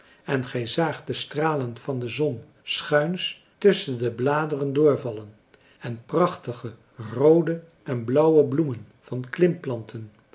en gij zaagt de stralen van de zon schuins tusschen de bladeren door vallen en prachtige roode en blauwe bloemen van